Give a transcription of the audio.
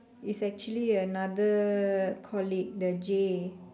is actually another colleague the J